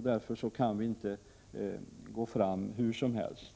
Därför kan vi inte gå fram hur som helst.